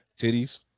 Titties